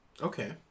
Okay